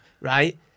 right